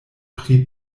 pri